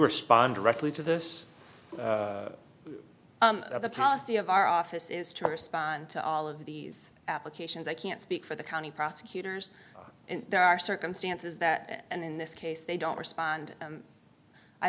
respond directly to this the policy of our office is to respond to all of these applications i can't speak for the county prosecutors and there are circumstances that and in this case they don't respond